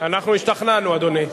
אנחנו השתכנענו, אדוני.